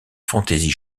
fantaisie